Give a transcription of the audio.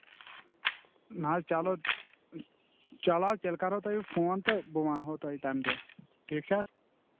نہ حظ چلو چلو تیٚلہِ کرہو تۄہہِ بہٕ فون تہٕ بہٕ وَنہو تۄہہِ تَمہِ دۄہ ٹھیٖک چھُ حظ